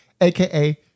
aka